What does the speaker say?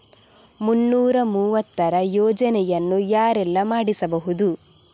ಮುನ್ನೂರ ಮೂವತ್ತರ ಯೋಜನೆಯನ್ನು ಯಾರೆಲ್ಲ ಮಾಡಿಸಬಹುದು?